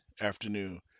afternoon